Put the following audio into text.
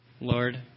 Lord